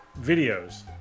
videos